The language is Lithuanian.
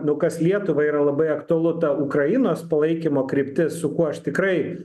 nu kas lietuvai yra labai aktualu ta ukrainos palaikymo kryptis su kuo aš tikrai